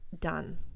done